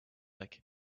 like